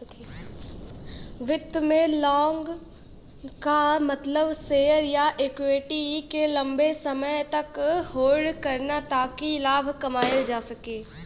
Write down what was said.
वित्त में लॉन्ग क मतलब शेयर या इक्विटी के लम्बे समय तक होल्ड करना ताकि लाभ कमायल जा सके